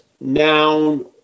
noun